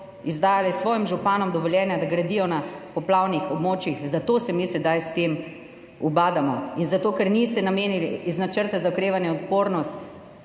izdajali svojim županom dovoljenja, da gradijo na poplavnih območjih, zato se mi sedaj s tem ubadamo. In zato ker niste namenili iz Načrta za okrevanje in odpornost